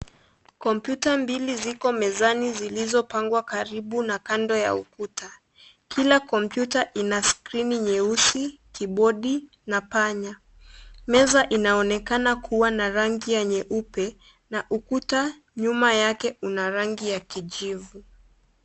Kompyuta mbili ziko mezani zilizopangwa karibu na kando ya ukuta, kila kompyuta ina screen nyeusi, kibodi na panya. Meza inaonekana kuwa na rangi ya nyeupe, na ukuta nyuma yake una rangi ya kijivu.